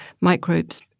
microbes